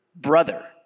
brother